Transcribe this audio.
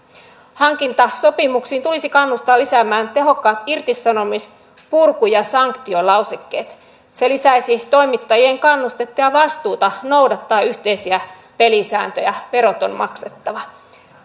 hankintasopimuksiin tulisi kannustaa lisäämään tehokkaat irtisanomis purku ja sanktiolausekkeet se lisäisi toimittajien kannustetta ja vastuuta noudattaa yhteisiä pelisääntöjä verot on maksettava